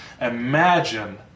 imagine